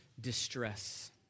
distress